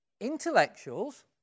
Intellectuals